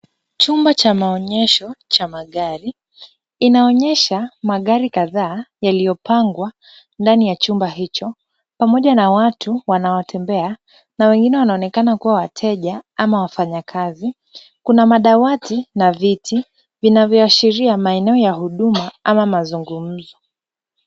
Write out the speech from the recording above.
Chumba cha maonyesho cha magari, inaonyesha magari kadhaa yaliyopangwa ndani ya chumba hicho pamoja na watu wanaotembea na wengine wanaonekana kuwa wateja ama wafanyakazi. Kuna madawati na viti vinavyoashiria maeneo ya huduma ama mazungumzo.